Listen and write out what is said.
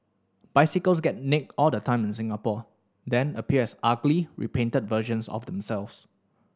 bicycles get nicked all the time in Singapore then appear as ugly repainted versions of themselves